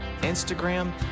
Instagram